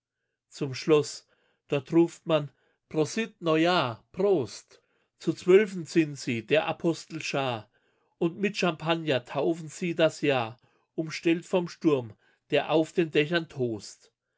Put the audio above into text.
zum schloß dort ruft man prosit neujahr prost zu zwölfen sind sie der apostel schar und mit champagner taufen sie das jahr umstellt vom sturm der auf den dächern tost